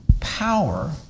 power